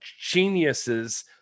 geniuses